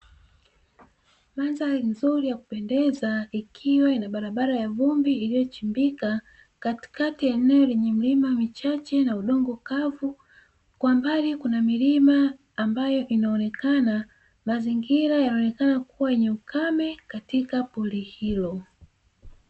Mandhari nzuri ya kupendeza ikiwa ina barabara ya vumbi iliyochimbika katikati ya eneo lenye milima michache na udongo mkavu kwa mbali kuna milima ambayo inaonekana, mazingira yanaonekana kuwa yenye ukame katika pori hilo.